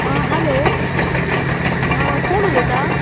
आं हालो हां कोण उलयता